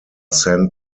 sent